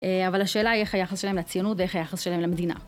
אבל השאלה היא איך היחס שלהם לציונות ואיך היחס שלהם למדינה.